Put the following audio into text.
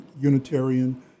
Unitarian